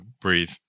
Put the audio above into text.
breathe